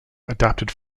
adapted